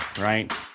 right